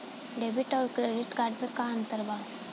Debit आउर credit card मे का अंतर बा?